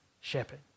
shepherd